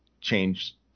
change